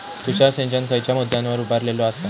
तुषार सिंचन खयच्या मुद्द्यांवर उभारलेलो आसा?